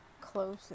close